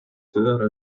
höhere